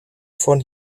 von